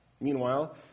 Meanwhile